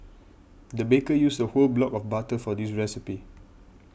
the baker used a whole block of butter for this recipe